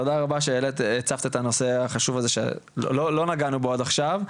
תודה רבה לך שהעלית והצפת את הנושא החשוב הזה שלא נגענו בו עד עכשיו.